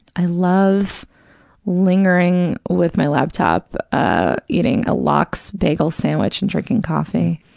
i love lingering with my laptop, ah eating a lox bagel sandwich and drinking coffee.